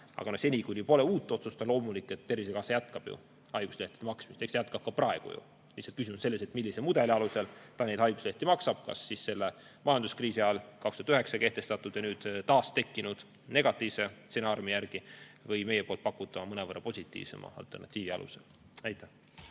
Aga seni, kuni pole uut otsust, on loomulik, et Tervisekassa jätkab haiguslehtede maksmist. Ta jätkab ka praegu, lihtsalt küsimus on selles, millise mudeli alusel ta neid haiguslehti maksab – kas 2009. aastal majanduskriisi ajal kehtestatud ja nüüd taas tekkinud negatiivse stsenaariumi järgi või meie pakutava mõnevõrra positiivsema alternatiivi alusel. Irja